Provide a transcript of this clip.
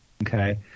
Okay